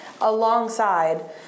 alongside